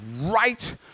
right